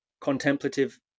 contemplative